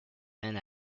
end